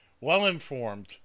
well-informed